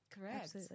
Correct